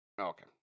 Okay